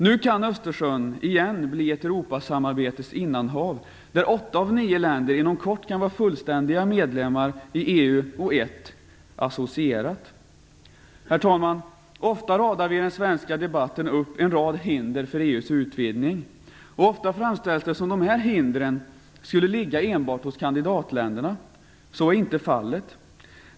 Nu kan Östersjön igen bli ett Europasamarbetets innanhav, där åtta av nio länder inom kort kan vara fullständiga medlemmar i EU och ett land associerat. Herr talman! Ofta radar vi i den svenska debatten upp en rad hinder för EU:s utvidgning, och ofta framställs det som om de hindren skulle ligga enbart hos kandidatländerna. Så är inte fallet.